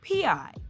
PI